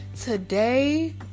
Today